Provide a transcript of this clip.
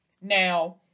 Now